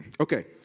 okay